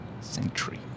century